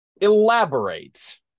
Elaborate